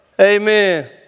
Amen